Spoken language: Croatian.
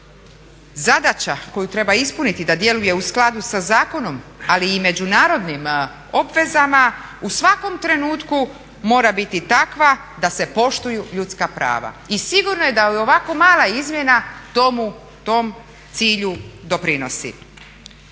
Zadaća koju treba ispuniti da djeluje u skladu sa zakonom ali i međunarodnim obvezama u svakom trenutku mora biti takva da se poštuju ljudska prava i sigurno da i ovako mala izmjena tom cilju doprinosi.